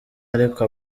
ariko